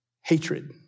hatred